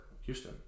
Houston